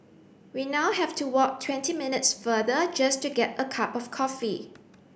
we now have to walk twenty minutes farther just to get a cup of coffee